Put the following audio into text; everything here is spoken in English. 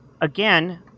again